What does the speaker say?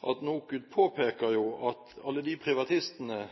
at NOKUT påpeker at privatistene